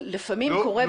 אבל לפעמים קורה,